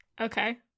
Okay